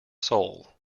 soul